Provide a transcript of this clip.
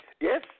yes